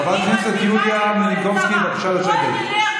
חברת הכנסת יוליה מלינובסקי, בבקשה לשבת.